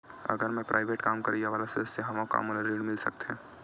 अगर मैं प्राइवेट काम करइया वाला सदस्य हावव का मोला ऋण मिल सकथे?